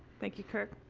thank you, kirk.